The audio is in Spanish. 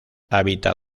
habita